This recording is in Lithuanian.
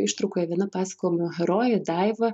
ištraukoje viena pasakojimo heroja daiva